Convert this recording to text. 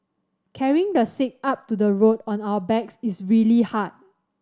carrying the sick up to the road on our backs is really hard